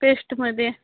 पेस्टमध्ये